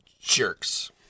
jerks